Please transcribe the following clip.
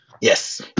Yes